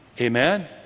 Amen